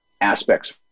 aspects